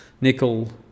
nickel